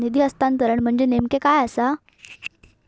निधी हस्तांतरण म्हणजे नेमक्या काय आसा?